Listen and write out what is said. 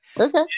Okay